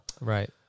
right